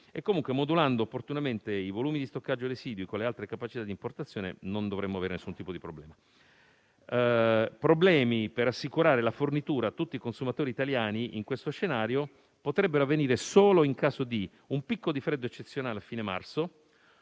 Europa con meno stoccaggio - e con le altre capacità di importazione non dovremmo avere alcun tipo di problema. Problemi per assicurare la fornitura a tutti i consumatori italiani in questo scenario potrebbero avvenire solo in caso di un picco di freddo eccezionale a fine marzo